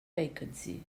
vacancy